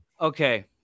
Okay